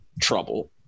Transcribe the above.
trouble